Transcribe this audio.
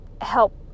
help